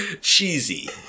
cheesy